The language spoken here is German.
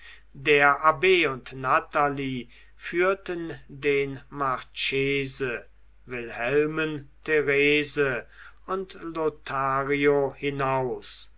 der abb und natalie führten den marchese wilhelmen therese und lothario hinaus